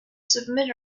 submit